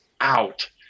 out